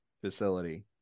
facility